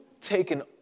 taken